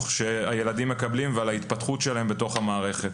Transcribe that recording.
שהילדים מקבלים ועל ההתפתחות שלהם בתוך המערכת.